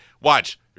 Watch